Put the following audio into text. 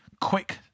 quick